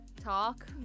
talk